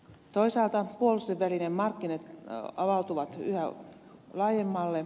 toisaalta puolustusvälinemarkkinat avautuvat yhä laajemmalle